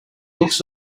looks